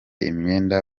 imyenda